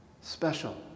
special